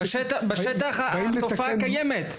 בשטח התופעה קיימת.